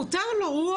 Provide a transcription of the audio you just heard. מותר לו, הוא אור ירוק.